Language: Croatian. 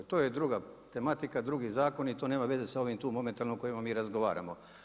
To je druga tematika, drugi zakoni, to nema veze sa ovim tu momentalno kojima mi razgovaramo.